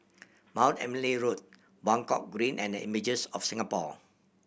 Mount Emily Road Buangkok Green and Images of Singapore